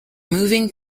moving